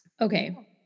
Okay